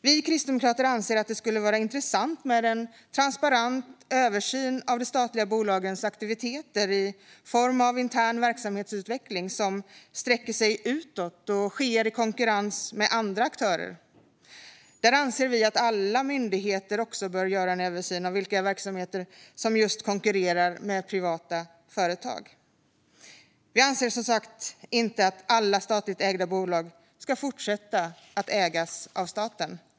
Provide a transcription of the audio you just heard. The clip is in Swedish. Vi kristdemokrater anser att det skulle vara intressant med en transparent översyn av de statliga bolagens aktiviteter i form av intern verksamhetsutveckling som sträcker sig utåt och sker i konkurrens med andra aktörer. Där anser vi att alla myndigheter också bör göra en översyn av vilka verksamheter som just konkurrerar med privata företag. Vi anser som sagt inte att alla statligt ägda bolag ska fortsätta att ägas av staten.